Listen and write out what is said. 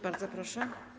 Bardzo proszę.